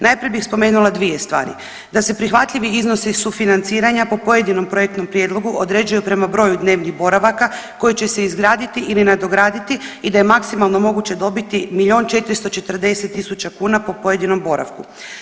Najprije bih spomenula dvije stvari, da se prihvatljivi iznosi sufinanciranja po pojedinom projektnom prijedlogu određuju prema broju dnevnih boravaka koji će se izgraditi ili nadograditi i da je maksimalno moguće dobiti milion 440 tisuća kuna po pojedinom boravku.